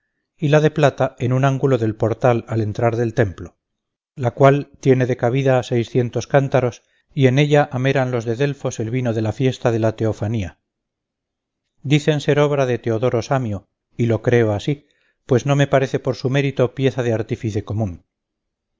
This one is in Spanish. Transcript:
y la de plata en un ángulo del portal al entrar del templo la cual tiene de cabida seiscientos cántaros y en ella ameran los de delfos el vino en la fiesta de la theofania dicen ser obra de teodoro samio y lo creo así pues no me parece por su mérito pieza de artífice común